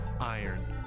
iron